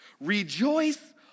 Rejoice